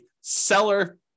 seller